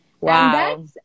Wow